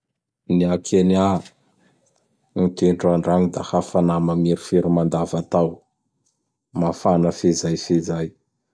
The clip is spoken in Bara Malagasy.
Ny a Kenia, ny toetr'andro agny da hafanà mamirifiry mandava-tao. Mafana fejay fejay.